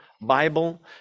Bible